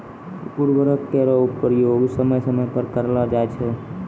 उर्वरक केरो प्रयोग समय समय पर करलो जाय छै